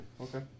Okay